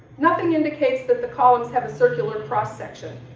nothing indicates that the columns have a circular cross-section,